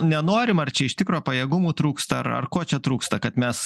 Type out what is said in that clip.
nenorim ar čia iš tikro pajėgumų trūksta ar ar ko čia trūksta kad mes